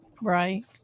right